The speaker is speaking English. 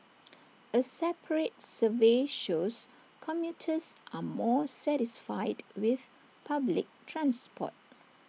A separate survey shows commuters are more satisfied with public transport